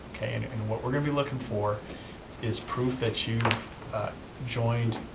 okay, and and what we're gonna be looking for is proof that you've joined,